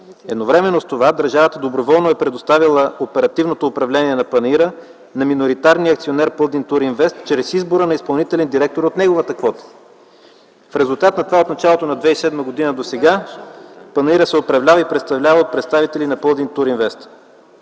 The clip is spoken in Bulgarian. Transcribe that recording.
Едновременно с това държавата доброволно е предоставяла оперативното управление на панаира на миноритарния акционер „Пълдин туринвест” АД чрез избор на изпълнителен директор от неговата квота. В резултат на това от началото на 2007 г. досега панаирът се управлява и представлява от представители на „Пълдин туринвест”